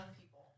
people